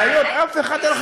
בעיות, אף אחד,